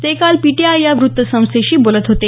ते काल पीटीआय या वृत्तसंस्थेशी बोलत होते